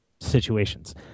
situations